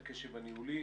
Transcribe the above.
הקשב הניהולי